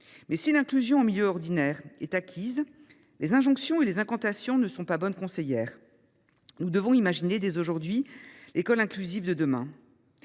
si l’inclusion en milieu ordinaire est acquise, les injonctions et les incantations ne sont pas bonnes conseillères. Nous devons imaginer dès aujourd’hui l’école inclusive de demain.